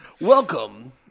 Welcome